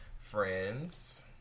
friends